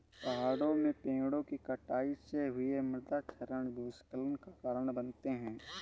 पहाड़ों में पेड़ों कि कटाई से हुए मृदा क्षरण भूस्खलन का कारण बनते हैं